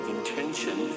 Intention